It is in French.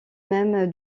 même